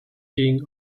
king